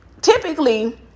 Typically